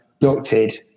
ducted